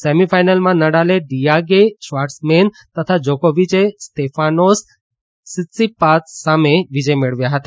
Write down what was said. સેમિફાઈનલમાં નડાલે Diego Schwartzman તથા જોકોવીયે સ્તેફાનોસ સિત્સિપાસ સામે વિજય મેળવ્યા હતા